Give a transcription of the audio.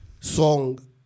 song